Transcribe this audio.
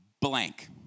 blank